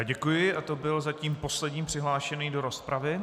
Děkuji a to byl zatím poslední přihlášený do rozpravy.